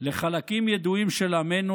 לחלקים ידועים של עמנו,